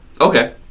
Okay